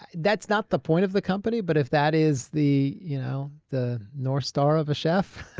that's not the point of the company. but if that is the you know the north star of a chef,